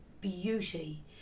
beauty